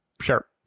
sure